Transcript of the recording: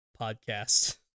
podcast